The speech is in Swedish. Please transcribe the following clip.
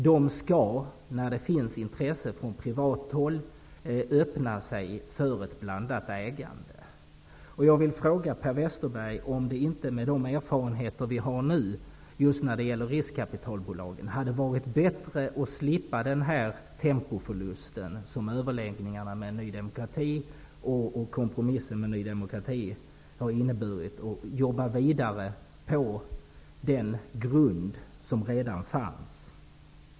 De skall, när det finns intresse från privat håll, öppna sig för ett blandat ägande. Jag vill fråga Per Westerberg om det inte, med de erfarenheter som vi nu har just när det gäller riskkapitalbolagen, hade varit bättre att slippa den tempoförlust som överläggningarna och kompromissen med Ny demokrati har inneburit och att jobba vidare på den grund som redan fanns.